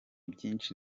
byinshi